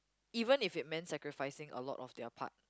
even if it meant sacrificing a lot of their part